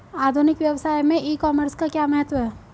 आधुनिक व्यवसाय में ई कॉमर्स का क्या महत्व है?